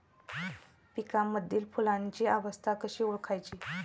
पिकांमधील फुलांची अवस्था कशी ओळखायची?